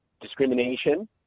Discrimination